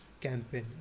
campaign